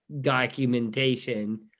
documentation